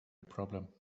problem